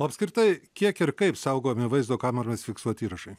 o apskritai kiek ir kaip saugomi vaizdo kameros fiksuoti įrašai